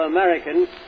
Americans